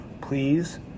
please